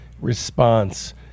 response